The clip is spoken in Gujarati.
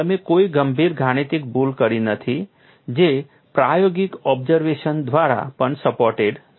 તમે કોઈ ગંભીર ગાણિતિક ભૂલ કરી નથી જે પ્રાયોગિક ઓબ્ઝર્વેશન દ્વારા પણ સપોર્ટેડ છે